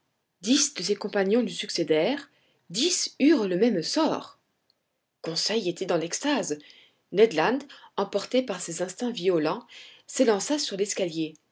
de ses compagnons lui succédèrent dix eurent le même sort conseil était dans l'extase ned land emporté par ses instincts violents s'élança sur l'escalier